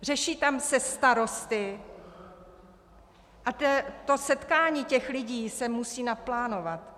Řeší tam se starosty a to setkání těch lidí se musí naplánovat.